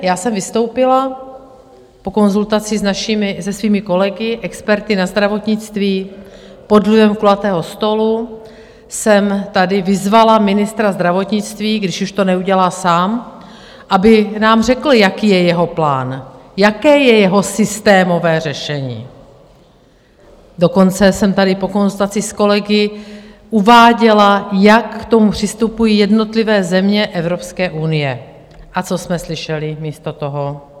Já jsem vystoupila po konzultaci se svými kolegy, experty na zdravotnictví, pod vlivem kulatého stolu jsem tady vyzvala ministra zdravotnictví, když už to neudělá sám, aby nám řekl, jaký je jeho plán, jaké je jeho systémové řešení, dokonce jsem tady po konzultaci s kolegy uváděla, jak k tomu přistupují jednotlivé země Evropské unie, a co jsme slyšeli místo toho?